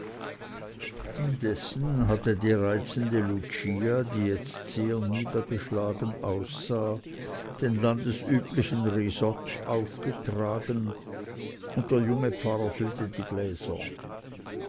indessen hatte die reizende lucia die jetzt sehr niedergeschlagen aussah den landesüblichen risott aufgetragen und der junge pfarrer füllte die gläser